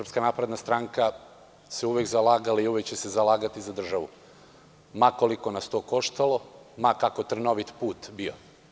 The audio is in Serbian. Srpska napredna stranka se uvek zalagala i uvek će se zalagati za državu, ma koliko nas to koštalo, ma kako trnovit put bio.